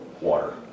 water